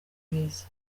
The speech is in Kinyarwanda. mwiza